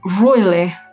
royally